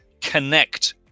connect